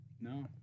No